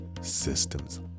systems